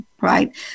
Right